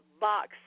box